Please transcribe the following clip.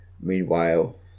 Meanwhile